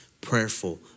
prayerful